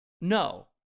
no